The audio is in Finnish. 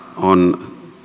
on